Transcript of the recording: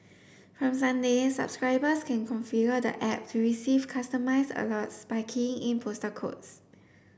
from Sunday subscribers can configure the app to receive customised alerts by keying in postal codes